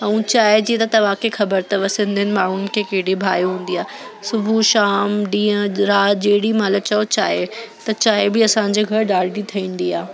ऐं चांहि जी त तव्हांखे ख़बर अथव सिंधियुनि माण्हुनि खे केॾी बाहि हूंदी आहे सुबुह शाम डींह राति जेॾीमहिल चओ चांहि त चांहि बि असांजे घर ॾाढी ठहींदी आहे